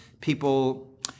people